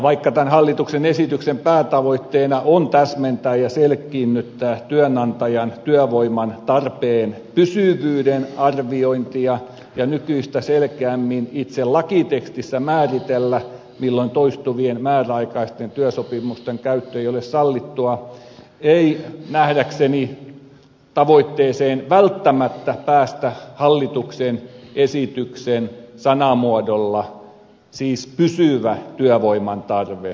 vaikka tämän hallituksen esityksen päätavoitteena on täsmentää ja selkiinnyttää työnantajan työvoiman tarpeen pysyvyyden arviointia ja nykyistä selkeämmin itse lakitekstissä määritellä milloin toistuvien määräaikaisten työsopimusten käyttö ei ole sallittua ei nähdäkseni tavoitteeseen välttämättä päästä hallituksen esityksen sanamuodolla siis pysyvä työvoiman tarve